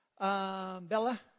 Bella